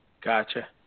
Gotcha